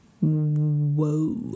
Whoa